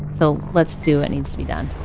so let's do what needs to be done